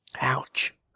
Ouch